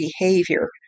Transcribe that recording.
behavior